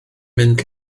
mynd